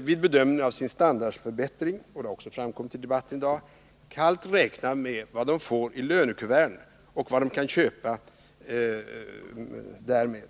vid bedömningen av sin standardförbättring kallt räknar med vad de får i lönekuverten och vad de kan köpa för dessa pengar.